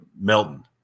Melton